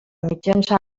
mitjançant